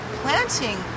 planting